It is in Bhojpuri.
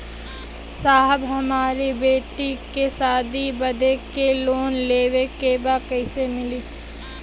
साहब हमरे बेटी के शादी बदे के लोन लेवे के बा कइसे मिलि?